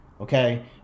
okay